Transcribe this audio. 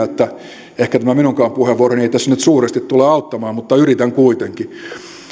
että ehkä tämä minunkaan puheenvuoroni ei tässä nyt suuresti tule auttamaan mutta yritän kuitenkin